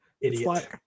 Idiot